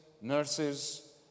nurses